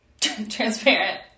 Transparent